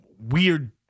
weird –